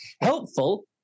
Helpful